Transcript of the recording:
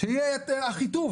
שיהיה את אחיטוב.